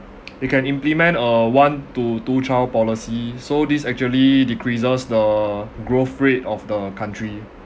they can implement uh one to two child policy so this actually decreases the growth rate of the country